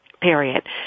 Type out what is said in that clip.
period